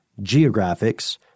geographics